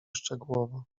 szczegółowo